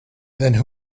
then